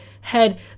head